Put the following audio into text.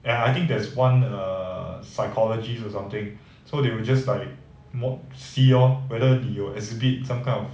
ya I think there's one err psychologist or something so they will just like mo~ see lor whether you got exhibit some kind of